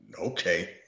okay